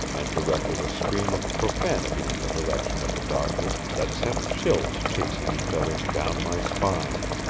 and directed a stream of profanity in the direction of the doctor that sent chills chasing each other down my spine,